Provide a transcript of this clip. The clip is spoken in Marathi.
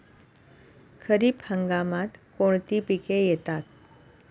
खरीप हंगामात कोणती पिके येतात?